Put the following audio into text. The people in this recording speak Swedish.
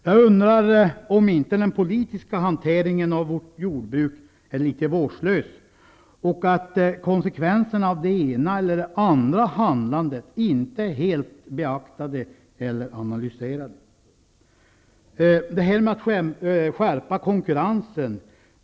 Jag undrar om den politiska hanteringen av vårt jordbruk inte är litet vårdslös och om konsekvenserna av det ena eller det andra handlandet verkligen helt beaktats eller analyserats. Så några ord om det här med att skärpa konkurrensen.